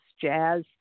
jazz